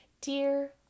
Dear